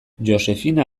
josefina